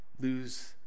lose